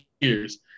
years